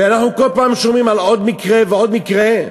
ואנחנו כל פעם שומעים על עוד מקרה ועוד מקרה,